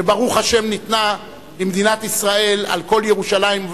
שברוך השם ניתנה למדינת ישראל על כל ירושלים,